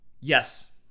Yes